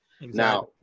Now